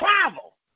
travel